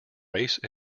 race